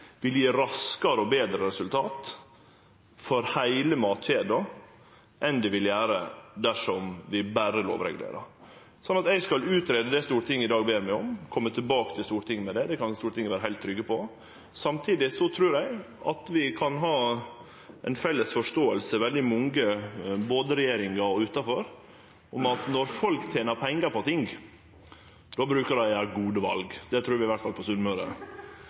vil gjere dersom vi berre lovregulerer. Eg skal greie ut det Stortinget i dag ber meg om, og kome tilbake til Stortinget – det kan Stortinget vere heilt trygg på. Samtidig trur eg at vi kan ha ei felles forståing, veldig mange, både i regjeringa og utanfor, om at når folk tener pengar på noko, då bruker dei å gjere gode val. Det trur vi i alle fall på Sunnmøre!